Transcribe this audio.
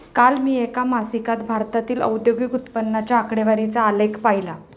काल मी एका मासिकात भारतातील औद्योगिक उत्पन्नाच्या आकडेवारीचा आलेख पाहीला